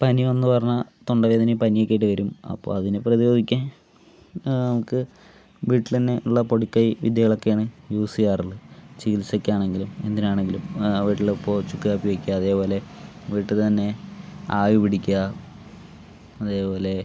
പനി വന്നുവെന്ന് പറഞ്ഞാൽ തൊണ്ട വേദനയും പനിയൊക്കെയായിട്ട് വരും അപ്പോൾ അതിനെ പ്രതിരോധിക്കാൻ നമുക്ക് വീട്ടിൽതന്നെ ഉള്ള പൊടിക്കൈ വിദ്യകളൊക്കെയാണ് യൂസ് ചെയ്യാറ് ചികിത്സയ്ക്കാണെങ്കിലും എന്തിനാണെങ്കിലും വീട്ടില് ഇപ്പോൾ ചുക്ക് കാപ്പി വെയ്ക്കുക അതേപോലെ വീട്ടിൽത്തന്നെ ആവി പിടിക്കുക അതേപോലെ